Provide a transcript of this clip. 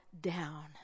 down